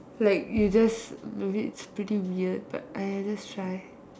like you just maybe it's pretty weird but !aiya! just try